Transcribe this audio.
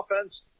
offense